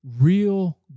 Real